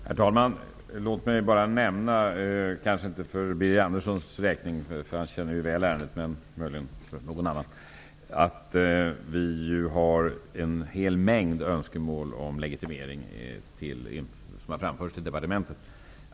Herr talman! Låt mig nämna -- kanske inte för Birger Anderssons räkning som väl känner ärendet men, för andra -- att det finns en hel mängd önskemål om legitimering som framförts till departementet.